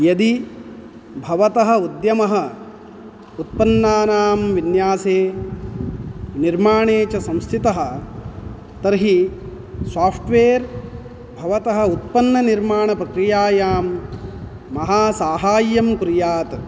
यदि भवतः उद्यमः उत्पन्नानाम् विन्यासे निर्माणे च संस्थितः तर्हि साफ्टवेयर् भवतः उत्पन्ननिर्माणप्रक्रियायां महासाहाय्यं कुर्यात्